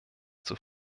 zur